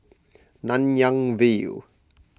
Nanyang View